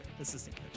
assistant